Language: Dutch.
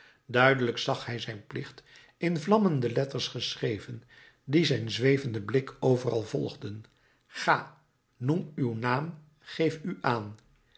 duidelijk zag hij zijn plicht in vlammende letters geschreven die zijn zwevenden blik overal volgden ga noem uw naam geef u aan